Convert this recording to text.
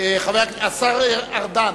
השר ארדן,